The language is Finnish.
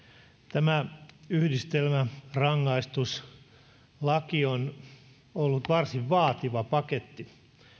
tämä yhdistelmärangaistuslaki on on ollut varsin vaativa paketti